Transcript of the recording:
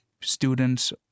students